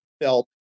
felt